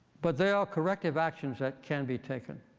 but there are corrective actions that can be taken.